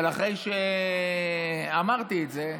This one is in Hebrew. אבל אחרי שאמרתי את זה,